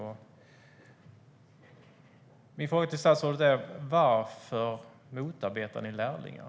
Min fråga till statsrådet är: Varför motarbetar ni lärlingar?